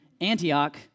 Antioch